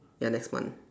ya next month